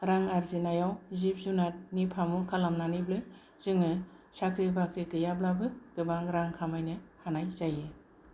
रां आरजिनायाव जिब जुनारनि फामु खालामनानैबो जोङो साख्रि बाख्रि गैयाब्लाबो गोबां रां खामायनो हानाय जायो